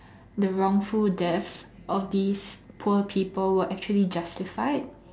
the wrongful death of these poor people were actually justified